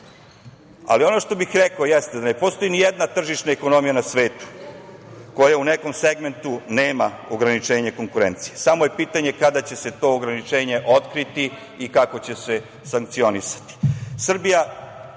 kažem. Ono što bih rekao jeste da ne postoji ni jedna tržišna ekonomija na svetu koja u nekom segmentu nema ograničenje konkurencije, samo je pitanje kada će se to ograničenje otkriti i kako će se sankcionisati. Srbija